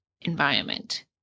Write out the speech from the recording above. environment